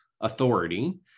authority